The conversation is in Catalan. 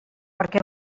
perquè